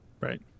right